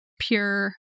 pure